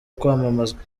kwamamazwa